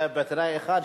זה בתנאי אחד,